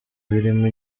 birimo